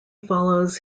follows